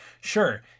Sure